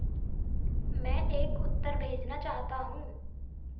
मैं एक उत्तर भेजना चाहता हूँ